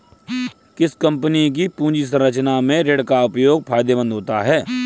किसी कंपनी की पूंजी संरचना में ऋण का उपयोग फायदेमंद होता है